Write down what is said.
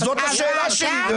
זאת השאלה שלי.